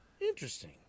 Interesting